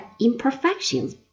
imperfections